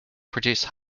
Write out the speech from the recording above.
produce